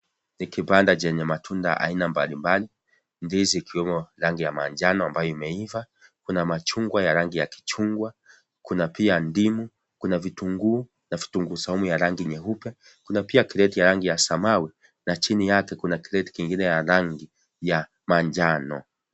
Ni kibanda chenye matunda aina mbalimbali ndizi ikiwemo rangi ya manjano ambayo imeiva, kuna machungwa ya rangi ya kichungwa, kuna pia ndimu, kuna vitunguu na vitunguu saumu ya rangi nyeupe kuna pia kreti ya rangi ya samau na chini yake kuna kreti kingine ya rangi ya manjano